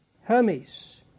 Hermes